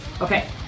Okay